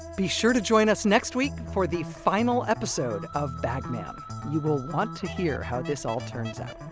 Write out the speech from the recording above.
be sure to join us next week for the final episode of bag man, you will want to hear how this all turns out.